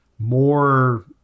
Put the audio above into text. more